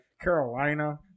Carolina